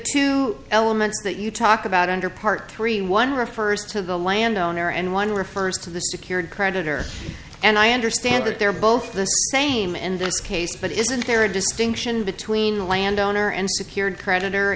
two elements that you talk about under part three one refers to the land owner and one refers to the secured creditor and i understand that they're both the same in this case but isn't there a distinction between landowner and secured creditor